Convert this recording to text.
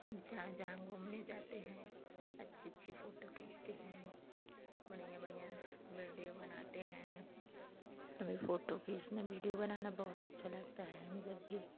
हम जहाँ जहाँ घूमने जाते हैं अच्छी अच्छी फ़ोटो खींचते हैं बढ़िया बढ़िया वीडियो बनाते हैं हमें फ़ोटो खींचना वीडियो बनाना बहुत अच्छा लगता है हम जब भी